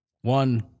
one